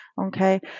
Okay